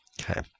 okay